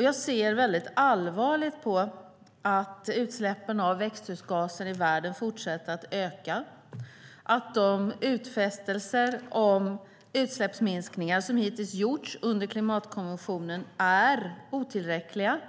Jag ser väldigt allvarligt på att utsläppen av växthusgaser i världen fortsätter att öka, att de utfästelser om utsläppsminskningar som hittills gjorts under klimatkonventionen är otillräckliga